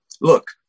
Look